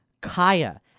Kaya